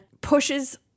pushes